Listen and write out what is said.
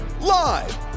live